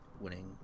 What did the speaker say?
winning